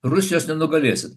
rusijos nenugalėsit